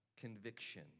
conviction